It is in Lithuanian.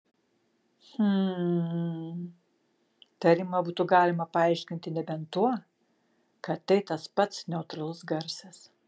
hm tarimą būtų galima paaiškinti nebent tuo kad tai tas pats neutralus garsas